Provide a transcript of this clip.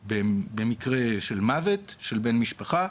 במקרה של מוות של בן משפחה,